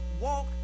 walk